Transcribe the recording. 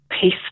peace